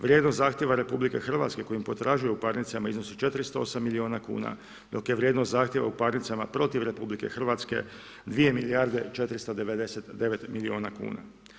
Vrijednost zahtjeva RH kojim potražuje u parnicama iznosi 408 milijuna kuna, dok je vrijednost zahtjeva u parnicama protiv RH 2 milijarde i 499 milijuna kuna.